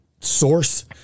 source